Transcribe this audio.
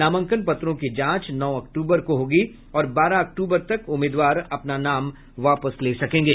नामांकन पत्रों की जांच नौ अक्टूबर को होगी और बारह अक्टूबर तक उम्मीदवार अपना नाम वापस ले सकेंगे